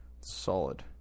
solid